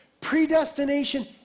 predestination